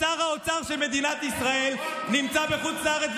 שר האוצר של מדינת ישראל נמצא בחוץ לארץ,